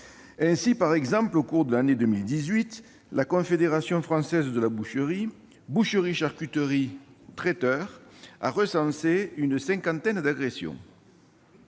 Ainsi, au cours de l'année 2018, la Confédération française de la boucherie, boucherie-charcuterie, traiteurs a recensé une cinquantaine d'agressions.